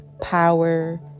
power